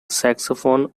saxophone